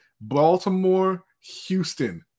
Baltimore-Houston